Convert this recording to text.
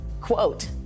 quote